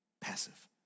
Passive